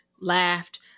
laughed